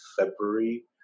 February